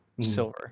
silver